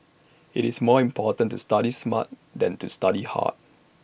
IT is more important to study smart than to study hard